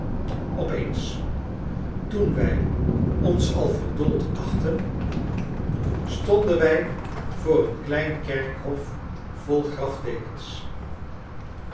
opeens toen wij ons al verdoold achtten stonden wij voor een klein kerkhof vol